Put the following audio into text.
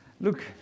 Look